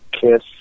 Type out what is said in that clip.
Kiss